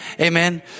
Amen